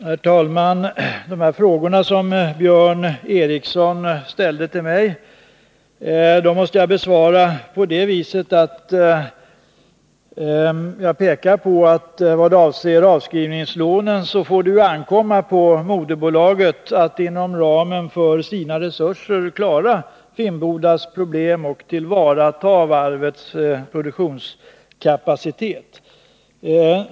Herr talman! Den fråga som Björn Ericson ställde till mig i vad avser avskrivningslånen måste jag besvara på det viset att det får ankomma på moderbolaget att inom ramen för sina resurser klara Finnbodas problem och tillvarata varvets produktionskapacitet.